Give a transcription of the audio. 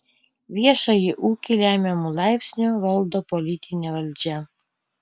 viešąjį ūkį lemiamu laipsniu valdo politinė valdžia